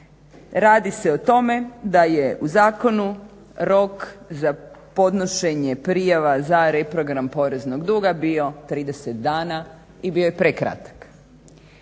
Radi se o tome da je u zakonu rok za podnošenje prijava za reprogram poreznog duga bio 30 dana i bio je prekratak,